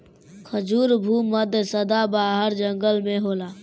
खजूर भू मध्य सदाबाहर जंगल में होला